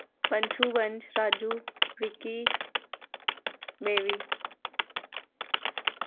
पंशू बंश राजू विकी बेवी